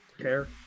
care